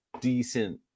decent